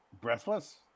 Breathless